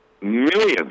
millions